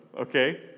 okay